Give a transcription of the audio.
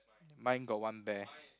mine got one bear